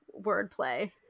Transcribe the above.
wordplay